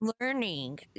learning